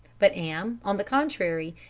but am, on the contrary,